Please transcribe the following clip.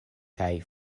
kaj